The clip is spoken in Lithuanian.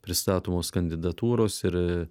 pristatomos kandidatūros ir